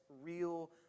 real